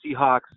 Seahawks